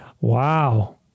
wow